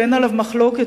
שאין עליו מחלוקת,